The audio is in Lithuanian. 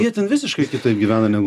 jie ten visiškai kitaip gyvena negu